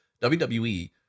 WWE